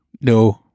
no